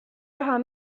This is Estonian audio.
raha